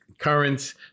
Currents